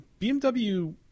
BMW –